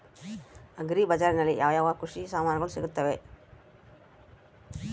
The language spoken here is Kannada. ಅಗ್ರಿ ಬಜಾರಿನಲ್ಲಿ ಯಾವ ಯಾವ ಕೃಷಿಯ ಸಾಮಾನುಗಳು ಸಿಗುತ್ತವೆ?